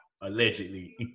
allegedly